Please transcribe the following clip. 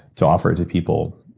to offer to people,